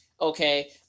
okay